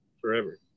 forever